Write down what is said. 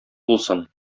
булсын